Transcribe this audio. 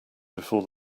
before